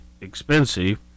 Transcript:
expensive